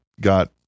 got